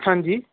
ਹਾਂਜੀ